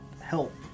Help